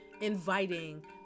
inviting